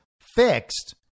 fixed